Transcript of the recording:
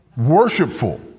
worshipful